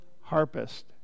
harpist